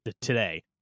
today